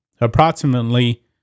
approximately